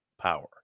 power